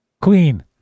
Queen